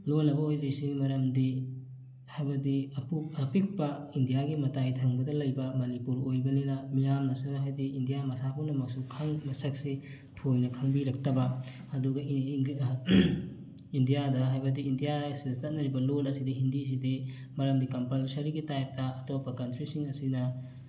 ꯂꯣꯟꯅꯕ ꯑꯣꯏꯗ꯭ꯔꯤꯁꯤꯒꯤ ꯃꯔꯝꯗꯤ ꯍꯥꯏꯕꯗꯤ ꯑꯄꯤꯛꯄ ꯏꯟꯗꯤꯌꯥꯒꯤ ꯃꯇꯥꯏ ꯊꯪꯕꯗ ꯂꯩꯕ ꯃꯅꯤꯄꯨꯔ ꯑꯣꯏꯕꯅꯤꯅ ꯃꯤꯌꯥꯝꯅꯁꯨ ꯍꯥꯏꯗꯤ ꯏꯟꯗꯤꯌꯥ ꯃꯁꯥꯄꯨꯝꯅꯃꯛꯁꯨ ꯈꯪ ꯃꯁꯛꯁꯤ ꯊꯣꯏꯅ ꯈꯪꯕꯤꯔꯛꯇꯕ ꯑꯗꯨꯒ ꯏꯟꯗꯤꯌꯥꯗ ꯍꯥꯏꯕꯗꯤ ꯏꯟꯗꯤꯌꯥ ꯑꯁꯤꯗ ꯆꯠꯅꯔꯤꯕ ꯂꯣꯟ ꯑꯁꯤꯗꯤ ꯍꯤꯟꯗꯤꯁꯤꯗꯤ ꯃꯔꯝꯗꯤ ꯀꯝꯄꯜꯁꯔꯤꯒꯤ ꯇꯥꯏꯞꯇ ꯑꯇꯣꯞꯄ ꯀꯟꯇ꯭ꯔꯤꯁꯤꯡ ꯑꯁꯤꯅ